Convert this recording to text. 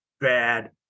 bad